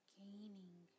gaining